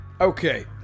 Okay